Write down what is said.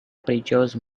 preachers